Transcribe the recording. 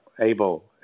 able